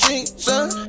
Jesus